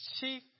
chief